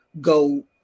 go –